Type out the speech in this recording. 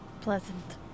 Pleasant